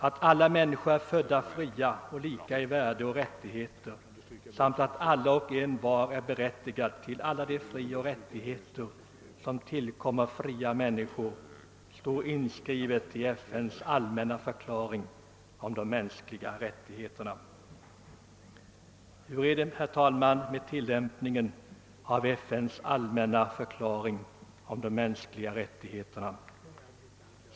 Att alla människor är födda fria och lika i värde och rättigheter samt att alla och envar är berättigade till alla de frioch rättigheter som tillkommer fria människor är inskrivet i FN:s allmänna förklaring om de mänskliga rättigheterna. Hur är det, herr talman, med tillämpningen av FN:s allmänna förklaring om de mänskliga rättigheterna?